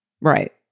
Right